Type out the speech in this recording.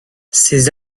ses